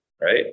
right